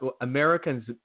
Americans